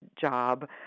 job